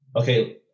Okay